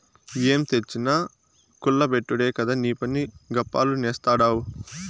ఏం తెచ్చినా కుల్ల బెట్టుడే కదా నీపని, గప్పాలు నేస్తాడావ్